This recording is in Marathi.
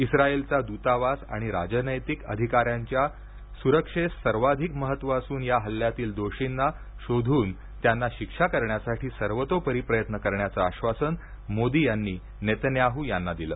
इस्त्राईलचा दूतावास आणि राजनैतिक अधिकाऱ्यांच्या सुरक्षेस सर्वाधिक महत्त्व असून या हल्ल्यातील दोषींना शोधून त्यांना शिक्षा करण्यासाठी सर्वोतपरी प्रयत्न करण्याचे आश्वासन मोदी यांनी नेतान्याहू यांना दिलं